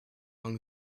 hung